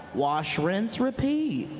wash, rinse, repeat.